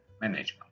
management